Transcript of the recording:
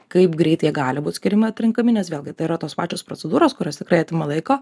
kaip greit jie gali būti skiriami atrenkami nes vėlgi tai yra tos pačios procedūros kurios tikrai atima laiko